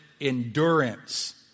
endurance